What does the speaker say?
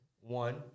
one